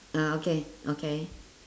ah okay okay